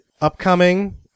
Upcoming